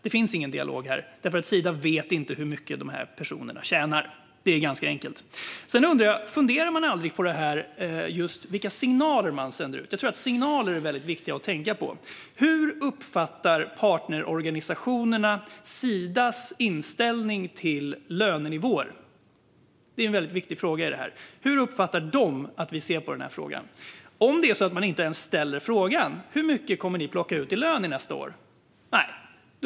Det finns ingen dialog, för Sida vet inte hur mycket dessa personer tjänar. Det är ganska enkelt. Funderar man aldrig på vilka signaler man sänder ut? Jag tror att det är väldigt viktigt att tänka på signaler. Hur uppfattar partnerorganisationerna Sidas inställning till lönenivåer? Det är en väldigt viktig fråga. Hur uppfattar de att vi ser på den frågan? Om man inte ens ställer frågan "Hur mycket kommer ni att plocka ut i lön nästa år?"